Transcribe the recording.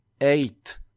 Eight